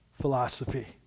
philosophy